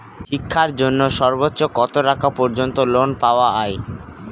শিক্ষার জন্য সর্বোচ্চ কত টাকা পর্যন্ত লোন পাওয়া য়ায়?